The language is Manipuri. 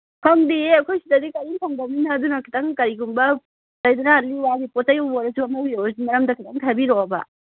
ꯐꯪꯗꯤꯌꯦ ꯑꯩꯈꯣꯏ ꯁꯤꯗꯗꯤ ꯀꯔꯤꯝ ꯐꯪꯗꯝꯅꯤꯅ ꯑꯗꯨꯅ ꯈꯤꯇꯪ ꯀꯩꯒꯨꯝꯕ ꯂꯩꯗꯅ ꯂꯤ ꯋꯥꯒꯤ ꯄꯣꯠ ꯆꯩꯕꯨ ꯑꯣꯏꯔꯁꯨ ꯑꯃꯒꯤ ꯑꯣꯏꯔꯁꯨ ꯃꯔꯝꯗ ꯈꯤꯇꯪ ꯍꯥꯏꯕꯤꯔꯛꯑꯣꯕ